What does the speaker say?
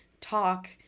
talk